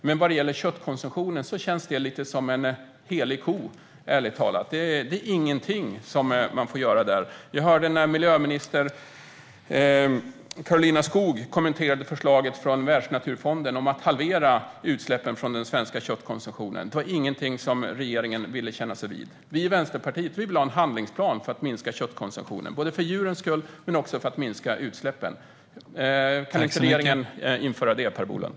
Men detta med köttkonsumtionen känns ärligt talat som något av en helig ko. Det är ingenting som man får göra där. När miljöminister Karolina Skog kommenterade Världsnaturfondens förslag om att halvera utsläppen från den svenska köttkonsumtionen var det inget som regeringen ville kännas vid. Vi i Vänsterpartiet vill ha en handlingsplan för att minska köttkonsumtionen, både för djurens skull och för att minska utsläppen. Kan inte regeringen införa detta, Per Bolund?